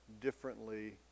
differently